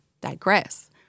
Digress